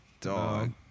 dog